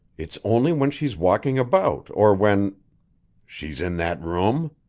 it's only when she's walking about or when she's in that room?